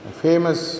famous